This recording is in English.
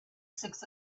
six